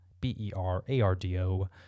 B-E-R-A-R-D-O